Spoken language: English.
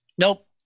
nope